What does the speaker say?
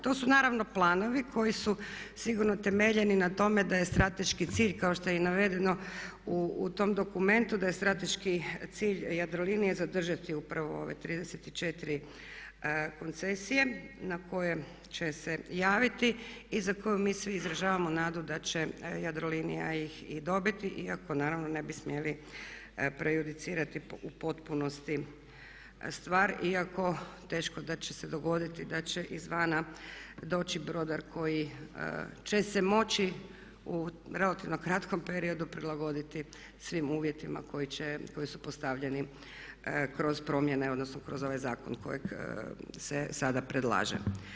To su naravno planovi koji su sigurno temeljeni na tome da je strateški cilj kao što je i navedeno u tom dokumentu da je strateški cilj Jadrolinije zadržati upravo ove 34 koncesije na koje će se javiti i za koju mi svi izražavamo nadu da će Jadrolinija ih i dobiti iako naravno ne bi smjeli prejudicirati u potpunosti stvar, iako teško da će se dogoditi da će izvana doći brodar koji će se moći u relativno kratkom periodu prilagoditi svim uvjetima koji će, koji su postavljeni kroz promjene, odnosno kroz ovaj zakon kojeg se sada predlaže.